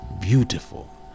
beautiful